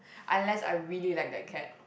unless I really like that cat